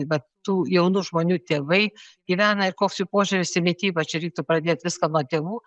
vat tų jaunų žmonių tėvai gyvena ir koks jų požiūris į mitybą čia reiktų pradėt viską nuo tėvų